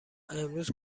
امروز